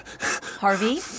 Harvey